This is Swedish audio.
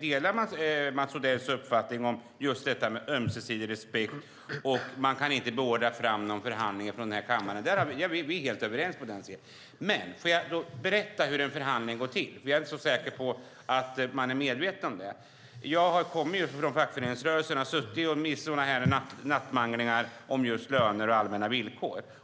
delar Mats Odells uppfattning om just detta med ömsesidig respekt och att man inte kan beordra fram någon förhandling från den här kammaren. Vi är helt överens på den punkten. Men jag vill då berätta hur en förhandling går till, för jag är inte så säker på att man är medveten om det. Jag kommer från fackföreningsrörelsen och har suttit med vid nattmanglingar om löner och allmänna villkor.